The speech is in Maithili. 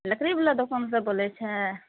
लकड़ीवला दोकानसँ बोलय छै